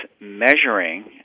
measuring